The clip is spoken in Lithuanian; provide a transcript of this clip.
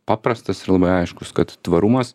paprastas ir labai aiškus kad tvarumas